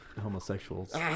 homosexuals